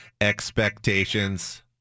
expectations